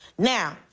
now,